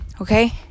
Okay